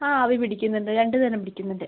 ആ ആവി പിടിക്കുന്നുണ്ട് രണ്ടുനേരം പിടിക്കുന്നുണ്ട്